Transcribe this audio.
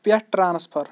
پٮ۪ٹھ ٹرٛانٕسفر